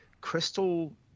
Crystal